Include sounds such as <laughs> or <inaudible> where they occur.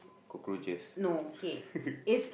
cockroaches <laughs>